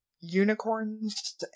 unicorns